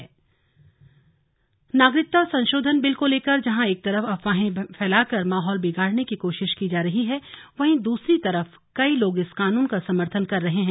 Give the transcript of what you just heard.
CAA reaction नागरिकता संशोधन bill को लेकर जहां एक तरफ अफवाहें फैलाकर माहौल बिगाड़ने की कोशिश की जा रही है वहीं दूसरी तरफ कई लोग इस कानून का समर्थन कर रहे हैं